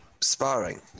sparring